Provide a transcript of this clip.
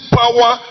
power